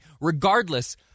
Regardless